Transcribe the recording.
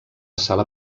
sala